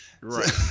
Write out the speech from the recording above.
right